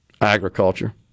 Agriculture